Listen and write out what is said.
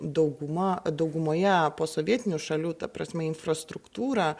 dauguma daugumoje posovietinių šalių ta prasme infrastruktūra